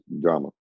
drama